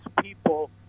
people